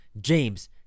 James